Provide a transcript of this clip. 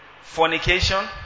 Fornication